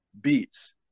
beats